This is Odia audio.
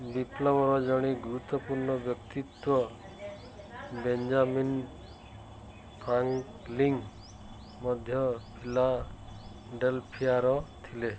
ବିପ୍ଳବର ଜଣେ ଗୁରୁତ୍ୱପୂର୍ଣ୍ଣ ବ୍ୟକ୍ତିତ୍ୱ ବେଞ୍ଜାମିନ୍ ଫ୍ରାଙ୍କଲିନ୍ ମଧ୍ୟ ଫିଲାଡ଼େଲଫିଆର ଥିଲେ